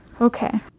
okay